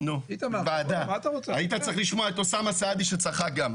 היית צריך לשמוע את אוסאמה סעדי שגם הוא צחק.